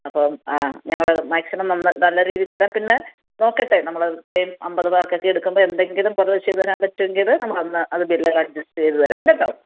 അപ്പം ആ ഞങ്ങൾ മാക്സിമം നല്ല രീതിയിൽ തരാം പിന്നെ നോക്കട്ടെ നമ്മൾ ഇത്രയും അമ്പത് പേർക്ക് ഒക്കെ എടുക്കുമ്പം എന്തെങ്കിലും കുറവ് ചെയ്ത് തരാൻ പറ്റുമെങ്കിൽ നമ്മൾ അന്ന് അത് ബില്ലേൽ അഡ്ജസ്റ്റ് ചെയ്ത് അത് തരാം കേട്ടോ